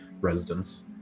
residents